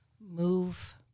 move